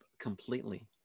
completely